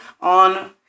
on